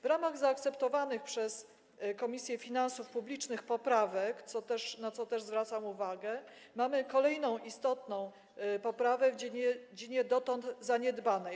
W ramach zaakceptowanych przez Komisję Finansów Publicznych poprawek, na co też zwracam uwagę, mamy kolejną istotną poprawę w dziedzinie dotąd zaniedbanej.